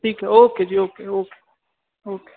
ਠੀਕ ਹੈ ਜੀ ਓਕੇ ਜੀ ਓਕੇ ਓਕੇ